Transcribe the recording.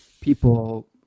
people